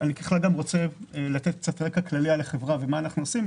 אומר גם רקע כללי על החברה ומה אנחנו עושים,